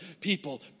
people